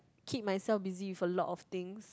keep myself busy for a lot of things